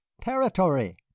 territory